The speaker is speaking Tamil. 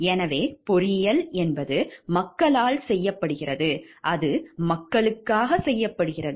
எனவே பொறியியல் என்பது மக்களால் செய்யப்படுகிறது அது மக்களுக்காக செய்யப்படுகிறது